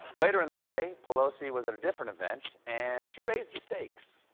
later in the day, pelosi was at a different event and she raised the stakes.